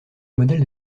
modèles